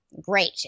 great